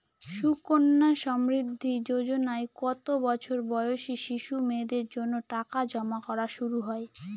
সুকন্যা সমৃদ্ধি যোজনায় কত বছর বয়সী শিশু মেয়েদের জন্য টাকা জমা করা শুরু হয়?